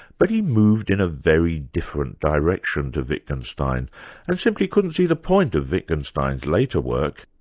but he moved in a very different direction to wittgenstein and simply couldn't see the point of wittgenstein's later work.